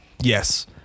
yes